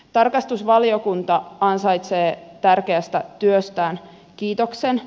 tarkastusvaliokunta ansaitsee tärkeästä työstään kiitoksen